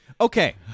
Okay